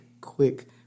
quick